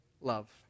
love